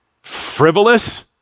frivolous